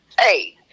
Hey